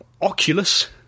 Oculus